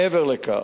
מעבר לכך,